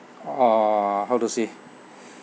uh how to say